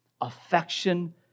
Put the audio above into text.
affection